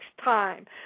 time